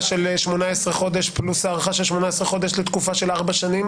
של 18 חודשים פלוס הארכה של 18 חודשים לתקופה של ארבע שנים?